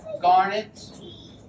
garnets